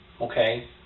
okay